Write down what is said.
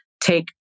take